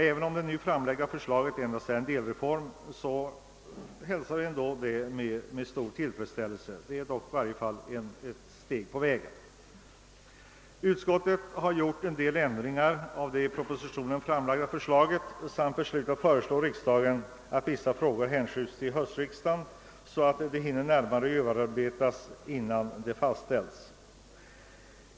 Även om det nu föreliggande förslaget endast är en delreform hälsar vi det med stor tillfredsställelse. Det utgör i varje fall ett steg på vägen. Utskottet har gjort vissa ändringar av det i propositionen framförda förslaget samt beslutat föreslå riksdagen att vissa frågor hänskjuts till höstriksdagen, så att de hinner bli närmare behandlade innan förslag utarbetas.